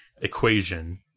equation